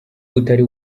utari